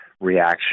reaction